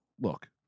look